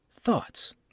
Thoughts